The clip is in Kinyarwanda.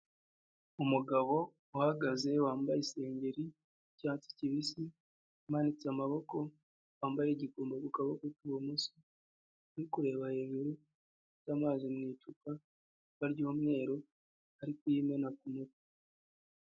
Umugabo uhagaze wambaye isengeri y'icyatsi kibisi, umanitse amaboko, wambaye igikomo mu kaboko k'ibumoso, ari kureba hejuru y'amazi mu icupa, icupa ry'umweru, ari kuyimena ku mutwe.